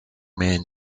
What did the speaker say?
man